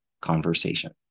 conversation